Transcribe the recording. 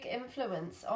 influence